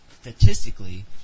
statistically